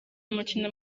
umukino